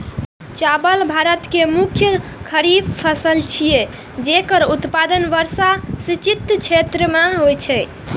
चावल भारत के मुख्य खरीफ फसल छियै, जेकर उत्पादन वर्षा सिंचित क्षेत्र मे होइ छै